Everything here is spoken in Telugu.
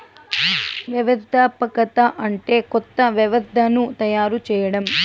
వ్యవస్థాపకత అంటే కొత్త వ్యవస్థను తయారు చేయడం